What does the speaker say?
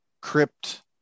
crypt